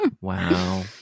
Wow